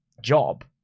job